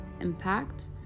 impact